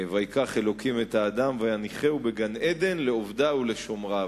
וייקח אלוקים את האדם ויניחהו בגן-עדן לעובדה ולשומרה.